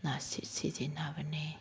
ꯅ ꯁꯤꯖꯤꯟꯅꯕꯅꯤ